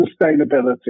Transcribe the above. sustainability